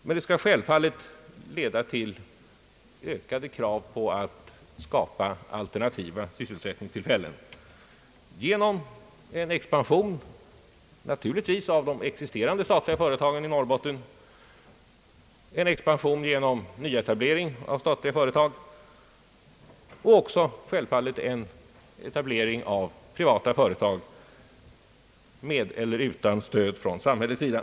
Men det skall självfallet leda till ökade krav på att skapa alternativa sysselsättningstillfällen genom expansion av de existerande statliga företagen i Norrbotten, genom nyetablering av statliga företag och självfallet också genom etablering av privata företag med eller utan stöd från samhällets sida.